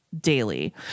daily